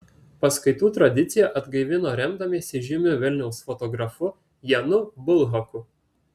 paskaitų tradiciją atgaivino remdamiesi žymiu vilniaus fotografu janu bulhaku